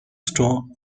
store